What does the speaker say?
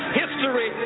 history